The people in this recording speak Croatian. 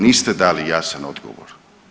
Niste dali jasan odgovor.